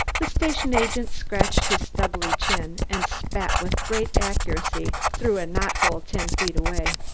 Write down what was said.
the station agent scratched his stubbly chin, and spat with great accuracy through a knot-hole ten feet away.